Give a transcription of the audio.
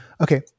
Okay